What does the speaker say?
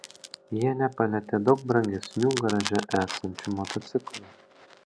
jie nepalietė daug brangesnių garaže esančių motociklų